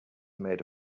made